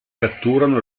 catturano